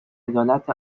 عدالت